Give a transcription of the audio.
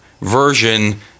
version